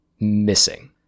missing